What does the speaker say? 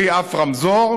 בלי אף רמזור.